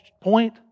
point